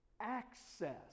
access